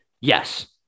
Yes